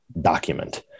document